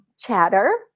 chatter